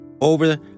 over